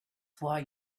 why